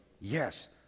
yes